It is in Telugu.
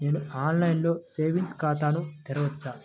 నేను ఆన్లైన్లో సేవింగ్స్ ఖాతాను తెరవవచ్చా?